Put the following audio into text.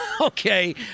okay